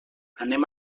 anem